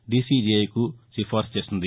డీసీజీఐకు సిఫార్సు చేసింది